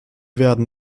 werden